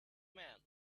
man